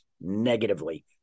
negatively